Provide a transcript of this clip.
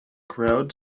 crowd